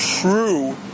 true